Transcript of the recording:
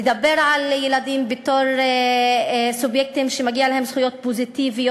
לדבר על ילדים בתור סובייקטים שמגיעים להם זכויות פוזיטיביות,